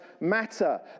matter